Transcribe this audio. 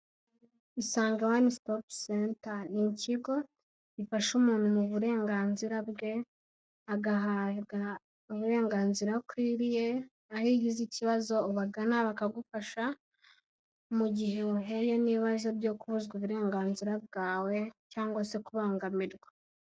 Isange one stopcenter ni ikigo gifasha umuntu mu burenganzira bwe agahabwa uburenganzira akwiriye, aho iyo ugize ikibazo ubagana bakagufasha mu gihe wahuye n'ibibazo byo kubuzwa uburenganzira bwawe cyangwa se kubangamirwa.